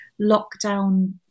lockdown